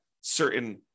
certain